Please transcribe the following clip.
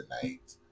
tonight